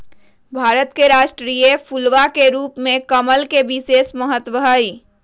भारत के राष्ट्रीय फूलवा के रूप में कमल के विशेष महत्व हई